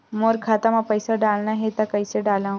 मोर खाता म पईसा डालना हे त कइसे डालव?